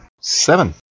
seven